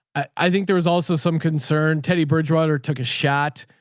i think there was also some concern. teddy bridgewater took a shot